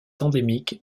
endémique